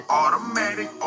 automatic